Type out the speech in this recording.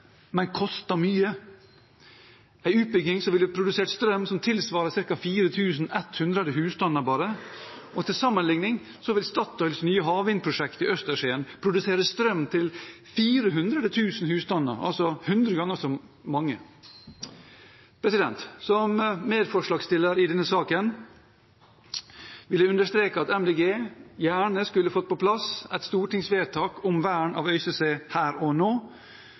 men kostet mye. En utbygging ville produsert strøm som tilsvarer bare ca. 4 100 husstander. Til sammenligning vil Statoils nye havvindprosjekt i Østersjøen produsere strøm til 400 000 husstander, altså hundre ganger så mange. Som medforslagsstiller i denne saken vil jeg understreke at Miljøpartiet De Grønne gjerne skulle fått på plass et stortingsvedtak om vern av Øystese her og nå.